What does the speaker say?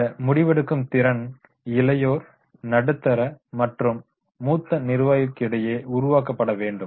இந்த முடிவெடுக்கும் திறன் இளையோர் நடுத்தர மற்றும் மூத்த நிர்வாகிகளிடையே உருவாக்கப்பட வேண்டும்